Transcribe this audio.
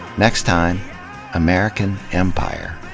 next time american empire.